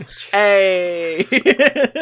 Hey